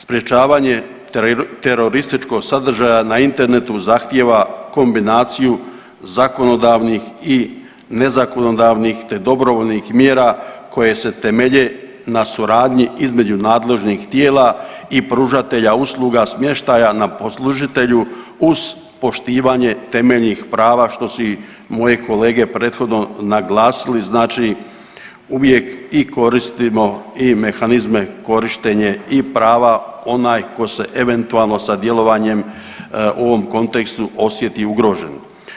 Sprečavanje terorističkog sadržaja na internetu zahtijeva kombinaciju zakonodavnih i ne zakonodavnih te dobrovoljnih mjera koje se temelje na suradnji između nadležnih tijela i pružatelja usluga smještaja na poslužitelju uz poštivanje temeljnih prava, što su i moje kolege prethodno naglasili, znači uvijek koristimo i mehanizme korištenje i prava onaj ko se eventualno sa djelovanjem u ovom kontekstu osjeti ugroženim.